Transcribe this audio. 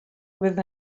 with